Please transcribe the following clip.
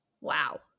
Wow